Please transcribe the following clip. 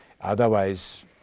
Otherwise